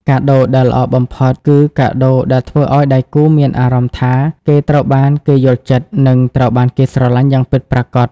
កាដូដែលល្អបំផុតគឺកាដូដែលធ្វើឱ្យដៃគូមានអារម្មណ៍ថាគេត្រូវបានគេយល់ចិត្ត និងត្រូវបានគេស្រឡាញ់យ៉ាងពិតប្រាកដ។